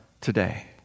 today